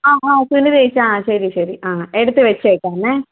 ആ ആ സുനിതേച്ചി ആ ശരി ശരി ആ എടുത്തു വെച്ചേക്കാമെ